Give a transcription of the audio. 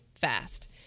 fast